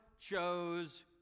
chose